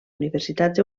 universitats